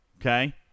okay